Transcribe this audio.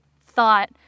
thought